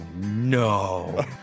no